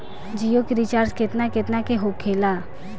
जियो के रिचार्ज केतना केतना के होखे ला?